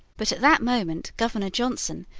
but at that moment governor johnson,